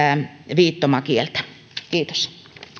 viittomakieltä kiitos